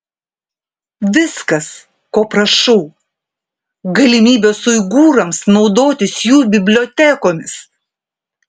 viskas ko prašau galimybės uigūrams naudotis jų bibliotekomis